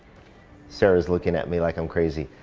sarah is looking at me like i'm crazy.